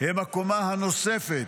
הם הקומה הנוספת,